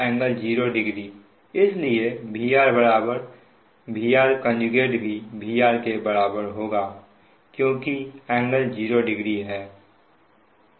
∟00 इसलिए VR VRभी VR के बराबर होगा क्योंकि एंगल 00 है